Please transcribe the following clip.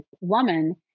woman